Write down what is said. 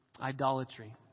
idolatry